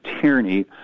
tyranny